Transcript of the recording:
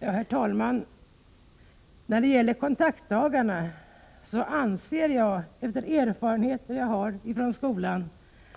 Herr talman! Med den erfarenhet jag har från skolan anser jag